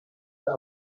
der